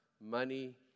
money